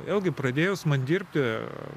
vėlgi pradėjus man dirbti